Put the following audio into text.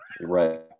Right